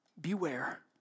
Beware